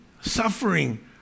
suffering